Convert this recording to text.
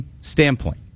standpoint